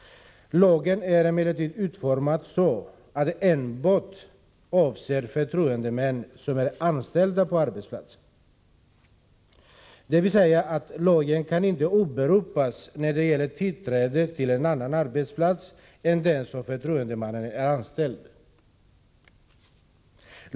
Lagen är emellertid utformad så att den enbart är tillämplig i förhållande till förtroendeman som är anställd på den berörda arbetsplatsen. Lagen kan alltså inte åberopas för att få tillträde till annan arbetsplats än den där förtroendemannen själv är anställd.